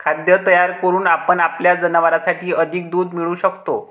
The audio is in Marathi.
खाद्य तयार करून आपण आपल्या जनावरांसाठी अधिक दूध मिळवू शकतो